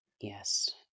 yes